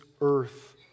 earth